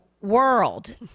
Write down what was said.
world